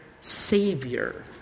Savior